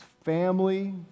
family